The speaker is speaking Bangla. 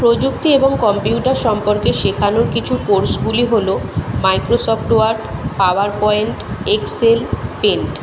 প্রযুক্তি এবং কম্পিউটার সম্পর্কে শেখানোর কিছু কোর্সগুলি হলো Microsoft Word PowerPoint Excel paint